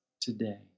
today